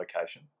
location